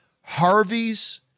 Harvey's